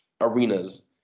arenas